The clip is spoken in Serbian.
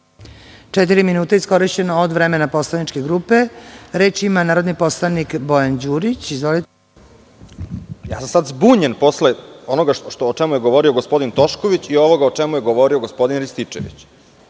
minuta od vremena poslaničke grupe. Reč ima narodni poslanik Bojan Đurić. **Bojan Đurić** Sada sam zbunjen posle onoga o čemu je govorio gospodin Tošković i ovoga o čemu je govorio gospodin Rističević.